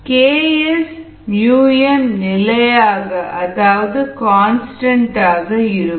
Dm YxsSi DmKsm Dm Ks m நிலையாக அதாவது constant ஆக இருக்கும்